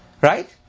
right